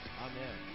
Amen